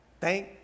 thank